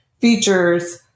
features